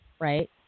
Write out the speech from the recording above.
right